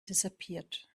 disappeared